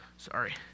sorry